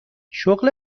شغل